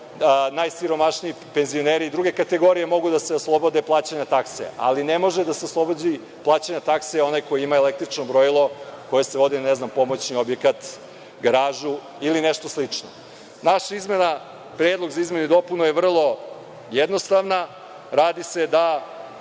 najsiromašniji penzioneri i druge kategorije mogu da se oslobode plaćanja takse, ali ne može da se oslobodi plaćanja takse onaj koji ima električno brojilo koje se vodi na pomoćni objekat, garažu ili nešto slično. Naš predlog za izmenu i dopunu je vrlo jednostavan – da